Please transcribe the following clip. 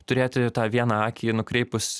turėti tą vieną akį nukreipus